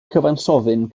cyfansoddyn